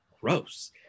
gross